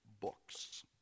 books